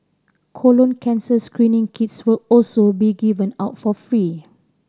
colon cancer screening kits will also be given out for free